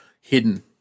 hidden